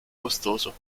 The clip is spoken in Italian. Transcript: costoso